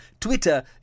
Twitter